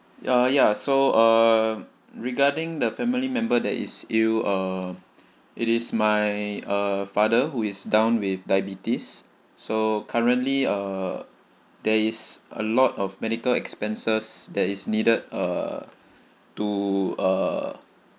uh ya so uh regarding the family member that is ill uh it is my uh father who is down with diabetes so currently uh there is a lot of medical expenses that is needed uh to uh